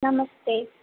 नमस्ते